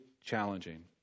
challenging